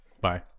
Bye